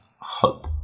hope